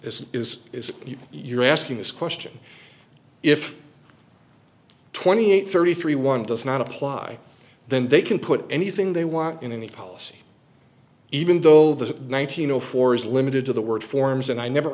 this is is you're asking this question if twenty eight thirty three one does not apply then they can put anything they want in the policy even though the nine hundred four is limited to the word forms and i never